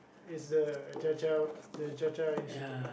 is the cha cha the cha cha incident